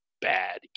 bad